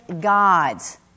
God's